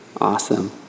Awesome